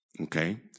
Okay